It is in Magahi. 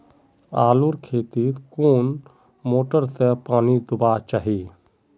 आलूर खेतीत कुन मोटर से पानी दुबा चही?